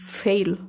fail